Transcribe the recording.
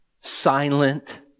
Silent